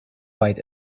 weit